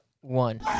one